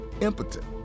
impotent